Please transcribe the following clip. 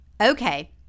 Okay